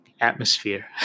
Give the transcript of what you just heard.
atmosphere